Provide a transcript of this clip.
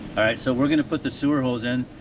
all right, so we're gonna put the sewer hose in.